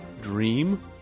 Dream